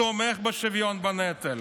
תומך בשוויון בנטל.